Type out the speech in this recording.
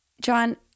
John